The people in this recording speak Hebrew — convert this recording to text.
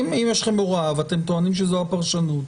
אם יש לכם הוראה ואתם טוענים שזאת הפרשנות,